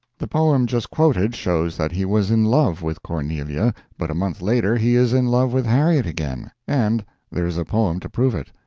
the poem just quoted shows that he was in love with cornelia, but a month later he is in love with harriet again, and there is a poem to prove it.